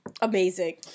Amazing